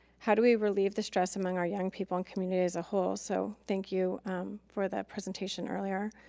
how do we relieve the stress among our young people and community as a whole? so thank you for that presentation earlier.